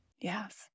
Yes